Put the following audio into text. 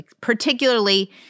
particularly